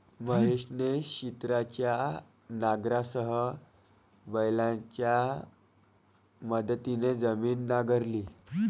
महेशने छिन्नीच्या नांगरासह बैलांच्या मदतीने जमीन नांगरली